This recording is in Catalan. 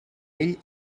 ell